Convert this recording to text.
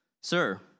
Sir